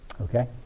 Okay